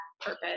purpose